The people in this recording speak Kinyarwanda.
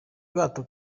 bwato